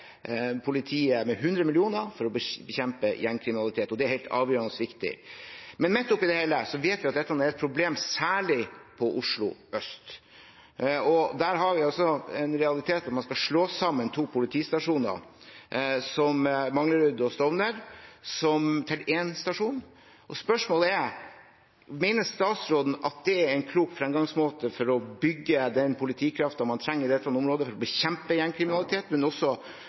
politiet med 100 mill. kr for å bekjempe gjengkriminalitet. Det er avgjørende viktig. Midt oppi det hele vet vi at dette er et problem særlig i Oslo øst. Der har vi den realiteten at man skal slå sammen to politistasjoner, Manglerud og Stovner, til én stasjon. Spørsmålet er: Mener statsråden at det er en klok fremgangsmåte for å bygge den politikraften man trenger i dette området, for å bekjempe gjengkriminalitet og også